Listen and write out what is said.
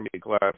class